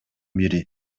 бири